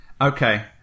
okay